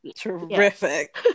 terrific